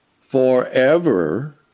forever